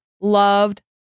loved